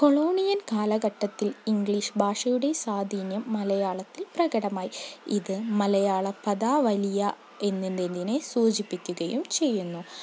colonial കാലഘട്ടത്തിൽ English ഭാഷയുടെ സ്വാധീന്യം മലയാളത്തിൽ പ്രകടമായി ഇത് മലയാള പദാവലിയെ എന്നതിനെ സൂചിപ്പിക്കുകയും ചെയ്യുന്നു